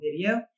video